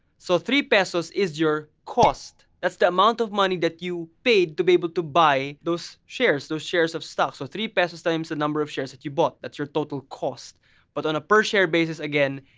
so, three pesos is your cost. that's the amount of money that you paid to be able to buy those shares, those shares of stock. so three pesos times the number of shares that you bought. that's your total cost but on a per share basis again,